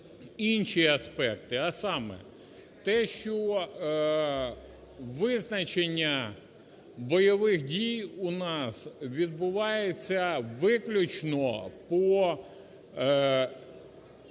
інші аспекти, а саме: те, що визначення бойових дій у нас відбувається виключно по